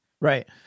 Right